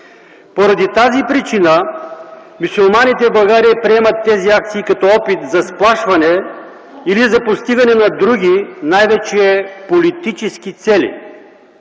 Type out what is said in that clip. Поради тази причина мюсюлманите в България приемат тези акции като опит за сплашване или за постигане на други, най-вече политически цели.